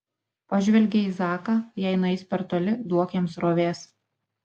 pažvelgė į zaką jei nueis per toli duok jam srovės